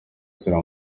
cyera